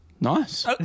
Nice